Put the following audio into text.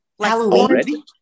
Halloween